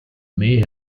may